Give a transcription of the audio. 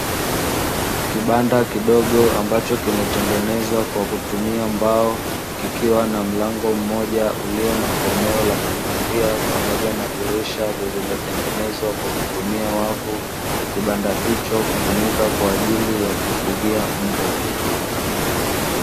Kibanda kidogo ambacho kimetengenezwa kwa kutumia mbao kikiwa na mlango mmoja ulio na komeo la kufungia, pamoja na dirisha lililotengenezwa kwa kutumia wavu. Kibanda hicho hutumika kwa ajili ya kufugia mbwa.